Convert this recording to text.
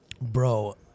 Bro